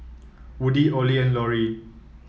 Woody Ollie and Loree